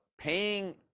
paying